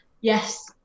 yes